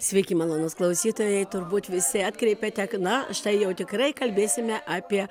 sveiki malonūs klausytojai turbūt visi atkreipėte na štai jau tikrai kalbėsime apie